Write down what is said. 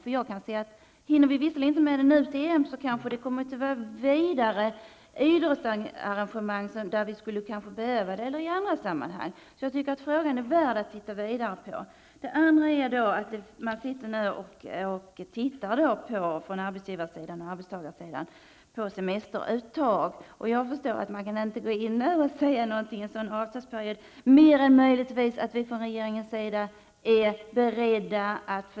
Även om vi inte hinner med den nu till fotbolls-EM kommer det kanske andra idrottsarrangemang eller andra sammanhang där vi kanske skulle behöva detta. Jag tycker att frågan är värd att titta vidare på. När det gäller den andra frågan om att arbetsgivarsidan och arbetstagarsidan sitter och tittar på semesteruttag, förstår jag att man inte kan gå in nu och säga någonting.